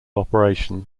operation